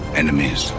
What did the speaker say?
enemies